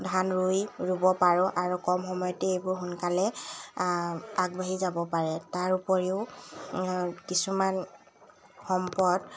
ধান ৰুই ৰুব পাৰো আৰু কম সময়তে এইবোৰ সোনকালে আগবাঢ়ি যাব পাৰে তাৰ উপৰিও কিছুমান সম্পদ